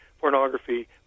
pornography